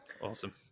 awesome